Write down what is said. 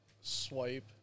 swipe